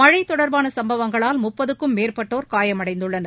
மழை தொடர்பாக சம்பவங்களால் முப்பதுக்கும் மேற்பட்டோர் காயமடைந்துள்ளனர்